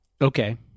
okay